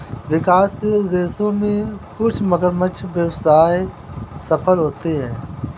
विकासशील देशों में कुछ मगरमच्छ व्यवसाय सफल होते हैं